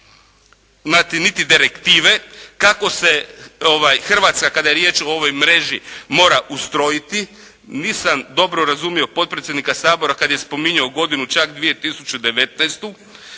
niti direktive kako se Hrvatska kada je riječ o ovoj mreži mora ustrojiti. Nisam dobro razumio potpredsjednika Sabora kada je spominjao godinu čak 2019.